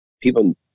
people